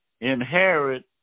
inherit